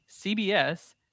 cbs